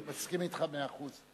אני מסכים אתך מאה אחוז.